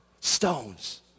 stones